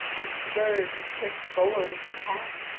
and spurs and pricks forward as she can,